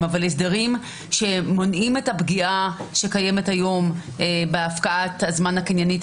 אבל הם הסדרים שמונעים את הפגיעה שקיימת היום בהפקעת הזמן הקניינית,